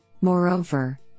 Moreover